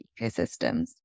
ecosystems